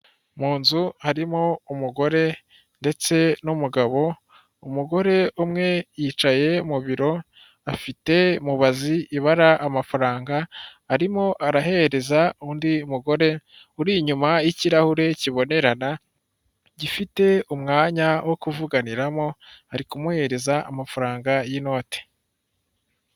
Mu nzu harimo umugore ndetse n'umugabo, umugore umwe yicaye mu biro, afite mubazi ibara amafaranga, arimo arahereza undi mugore uri inyuma y'ikirahure kibonerana gifite umwanya wo kuvuganiramo, ari kumuhereza amafaranga y'inoti.